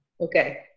Okay